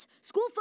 School